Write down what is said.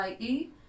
IE